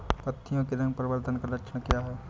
पत्तियों के रंग परिवर्तन का लक्षण क्या है?